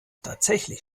tatsächlich